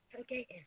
Okay